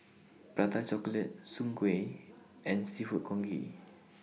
Prata Chocolate Soon Kueh and Seafood Congee